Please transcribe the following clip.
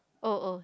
oh oh